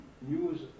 news